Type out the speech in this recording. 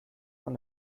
von